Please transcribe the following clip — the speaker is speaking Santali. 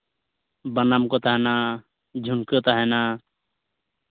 ᱵᱟᱱᱟᱢ ᱠᱚ ᱛᱟᱦᱮᱱᱟ ᱡᱷᱩᱢᱠᱟᱹ ᱛᱟᱦᱮᱱᱟ